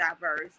diverse